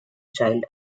child